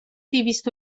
دویست